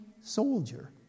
soldier